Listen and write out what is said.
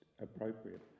Appropriate